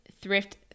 thrift